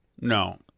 No